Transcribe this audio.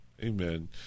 Amen